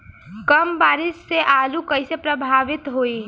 कम बारिस से आलू कइसे प्रभावित होयी?